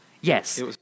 Yes